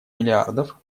миллиардов